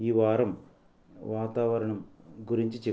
ఈ వారం వాతావరణం గురించి చెప్పు